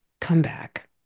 comeback